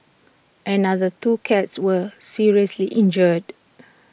another two cats were seriously injured